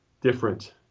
different